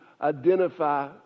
identify